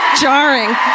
Jarring